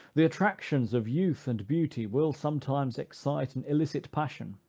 the attractions of youth and beauty will sometimes excite an illicit passion,